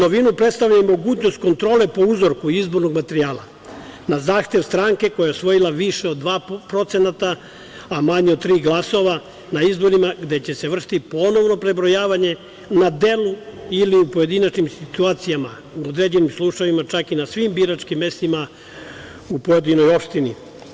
Novinu predstavlja i mogućnost kontrole po uzorku izbornog materijala na zahtev stranke koja je osvojila više od 2%, a manje od tri glasa na izborima gde će vršiti ponovno prebrojavanje na delu ili u pojedinačnim situacijama u određenim slučajevima, čak i na svim biračkim mestima u pojedinoj opštini.